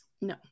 No